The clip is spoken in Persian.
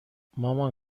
مامان